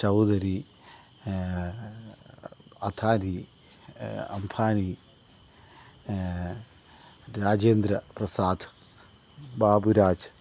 Chaudhary Adhari Ambani Rajendra Prasad Baburaj